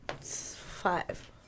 Five